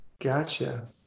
Gotcha